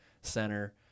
center